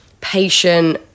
patient